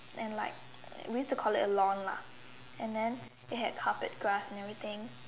and like we used to call it a lawn lah and then it had carpet grass and everything